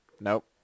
Nope